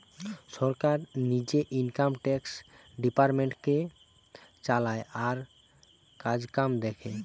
সরকার নিজে income tax ডিপার্টমেন্টটাকে চালায় আর কাজকাম দেখে